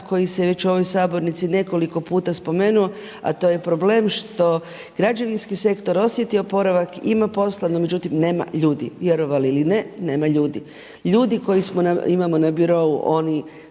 koji se već u ovoj sabornici nekoliko puta spomenuo a to je problem što građevinski sektor osjeti oporavak, ima posla no međutim nema ljudi, vjerovali ili ne nema ljudi, ljudi koje imamo na birou oni